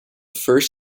first